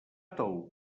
tou